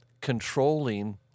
controlling